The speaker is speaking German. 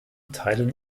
teilen